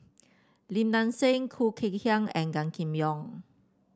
Lim Nang Seng Khoo Kay Hian and Gan Kim Yong